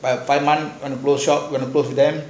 by five month close shop going to close there